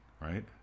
right